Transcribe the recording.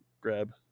grab